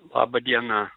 laba diena